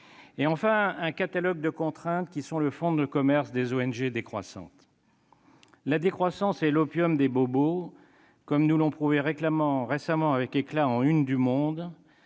constituent un catalogue de contraintes qui sont le fonds de commerce des ONG décroissantes. La décroissance est l'opium des bobos, comme nous l'ont prouvé récemment avec éclat, en une du, dans